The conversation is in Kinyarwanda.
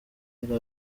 yari